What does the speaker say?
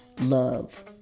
love